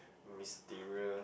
mysterious